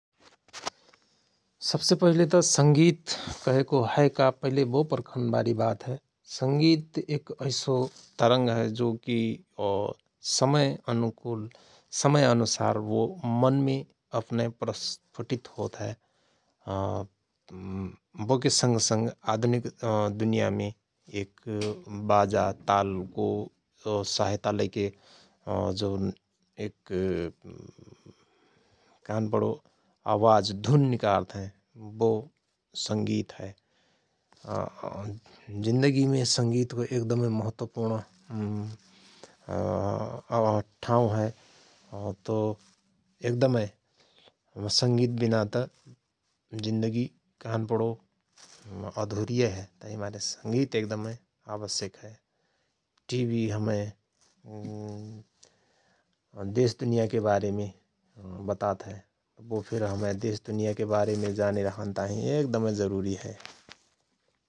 सवसे पहिलेत संगित कहेको हयका पहिले बो पर्खन बारी बात हय । संगित एक ऐसो तरंग हय जो कि समय अनुकुल समय अनुसार वो मनमे अपनय प्रस्पफुटित होत हय । बोके सँग सँग आदमिक दुनियामे एक बाजा तालको सहायता लैके जौन एक उम कहनपणो आवाज धुन निकारत हयं बो संगित हय । जिन्दगिमे संगितको महत्वपूर्ण उम ठाउँ हय । तओ एकदमय संगित विना त जिन्दगि कहन पणो अधुरीय हय तहि मारे संगित एकदमअय आवस्यक हय टी वि हमय देश दुनियाके बारेमे बतात हय बो फिर हमय देशदुनियाको बारेमे जाने रहन्ताहिँ एकदमय जरुरी हय ।